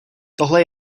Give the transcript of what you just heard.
tohle